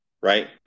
Right